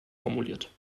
formuliert